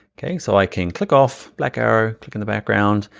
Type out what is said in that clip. okay, so i can click off, black arrow, click in the background,